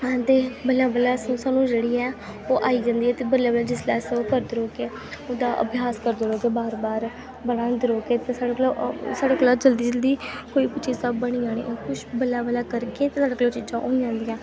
ते बल्लें बल्लें सानूं जेह्ड़ी ऐ ओह् आई जंदी ऐ ते बल्लें बल्लें जिसलै अस ओह् करदे रौह्गे ओह्दा अभ्यास करदे रौह्गे बार बार बनांदे रौह्गे ते साढ़े कोला ओह् साढ़े कोला ओह् जल्दी जल्दी कोई बी चीजां बनी जानियां कुछ बल्लें बल्लें करगे ते थोआड़े कोला चीजां होई जंदियां